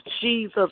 Jesus